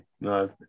No